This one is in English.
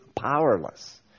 powerless